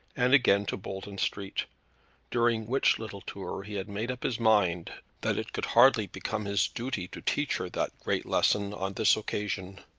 and again to bolton street during which little tour he had made up his mind that it could hardly become his duty to teach her that great lesson on this occasion.